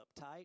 uptight